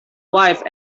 wife